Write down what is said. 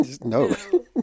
No